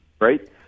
right